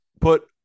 put